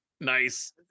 nice